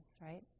right